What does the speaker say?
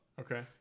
okay